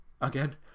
again